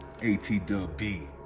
ATWB